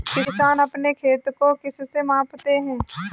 किसान अपने खेत को किससे मापते हैं?